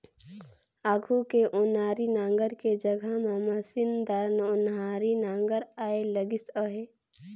आघु के ओनारी नांगर के जघा म मसीनदार ओन्हारी नागर आए लगिस अहे